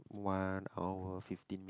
one hour fifteen minutes